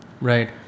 Right